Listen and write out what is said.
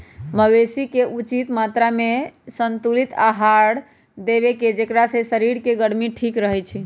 मवेशी के उचित मत्रामें संतुलित आहार देबेकेँ जेकरा से शरीर के गर्मी ठीक रहै छइ